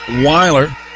Weiler